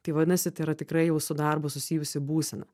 tai vadinasi tai yra tikrai jau su darbu susijusi būsena